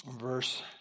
Verse